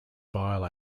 bile